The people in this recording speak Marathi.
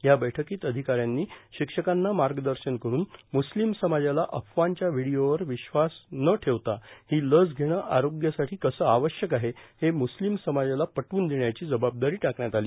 या बैठकीत अधिकाऱ्यांनी शिक्षकांना मार्गदर्शन करून मुस्लीम समाजाला अफवांच्या व्हिडीओवर विश्वास न ठेवता ही लस घेणे आरोग्यासाठी कसे आवश्यक आहे हे मुस्लीम समाजाला पटवून देण्याची जबाबदारी टाकण्यात आली